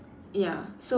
ya so